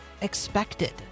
expected